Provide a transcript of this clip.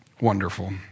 Wonderful